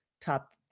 top